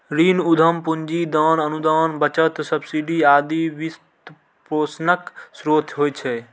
ऋण, उद्यम पूंजी, दान, अनुदान, बचत, सब्सिडी आदि वित्तपोषणक स्रोत होइ छै